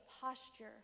posture